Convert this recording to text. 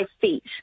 feet